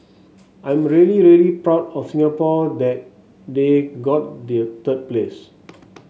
I'm really really proud of Singapore that they got the third place